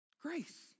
Grace